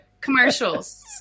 commercials